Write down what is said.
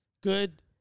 good